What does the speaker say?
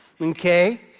Okay